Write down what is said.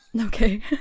okay